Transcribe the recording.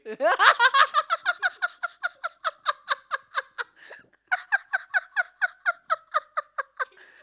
yeah